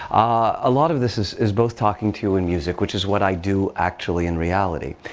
a lot of this this is both talking to you in music which is what i do actually in reality.